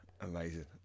Amazing